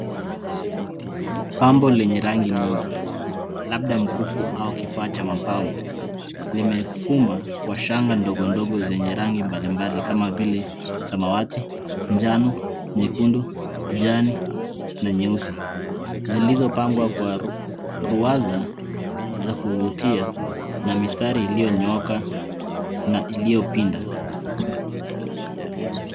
Pambo lenye rangi nyingi labda mkufu au kifaa cha mapambo limefuma kwa shanga ndogo ndogo zenye rangi mbalimbali kama vile samawati, njano, nyekundu, kijani na nyeusi zilizopangwa kwa ruwaza za kuvutia na mistari iliyo nyooka na iliyo pinda.